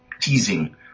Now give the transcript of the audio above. teasing